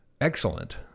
excellent